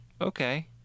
okay